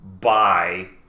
Bye